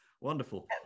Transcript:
wonderful